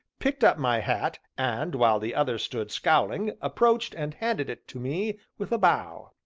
picked up my hat, and, while the other stood scowling, approached, and handed it to me with a bow.